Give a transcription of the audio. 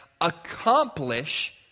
accomplish